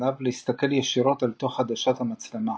משחקניו להסתכל ישירות אל תוך עדשת המצלמה